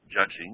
judging